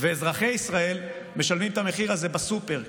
ואזרחי ישראל משלמים את המחיר הזה בסופר,